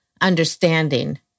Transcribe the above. understanding